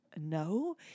no